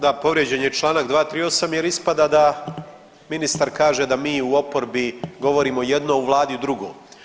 Da, povrijeđen je čl. 238. jer ispada da ministar kaže da mi u oporbi govorimo jedno, u Vladi drugo.